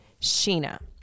Sheena